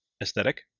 aesthetic